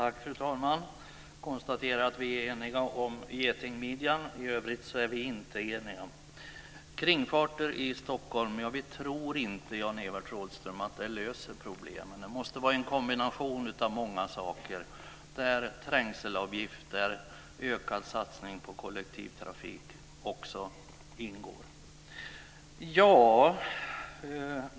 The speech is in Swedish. Fru talman! Jag konstaterar att vi är eniga om getingmidjan. I övrigt är vi inte eniga. Kringfarter i Stockholm tror vi inte, Jan-Evert Rådhström, löser problemen. Det måste vara en kombination av många saker, där trängselavgifter och ökad satsning på kollektivtrafik också ingår.